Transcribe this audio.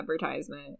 advertisement